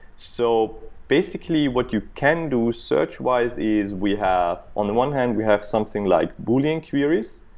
so basically, what you can do search-wise is we have on the one hand, we have something like bullying queries,